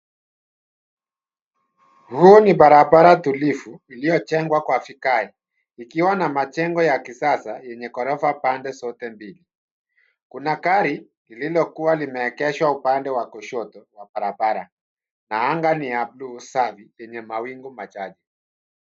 Huu ni barabara tulivu, uliojengwa kwa vigae, ikiwa na majengo ya kisasa, yenye ghorofa pande zote mbili. Kuna gari lililokuwa limeegeshwa upande wa kushoto wa barabara na anga ni ya bluu safi yenye mawingu machache.